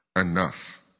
Enough